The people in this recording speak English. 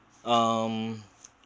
um